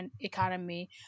economy